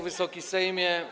Wysoki Sejmie!